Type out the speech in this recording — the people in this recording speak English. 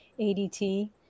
ADT